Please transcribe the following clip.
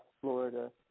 Florida